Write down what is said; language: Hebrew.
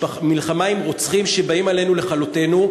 מלחמה עם רוצחים שבאים עלינו לכלותנו,